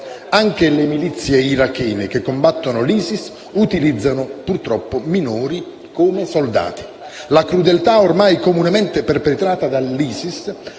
anche le milizie irachene che combattono l'ISIS utilizzano i minori come soldati. Le crudeltà ormai comunemente perpetrate dall'ISIS